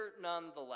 nonetheless